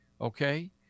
Okay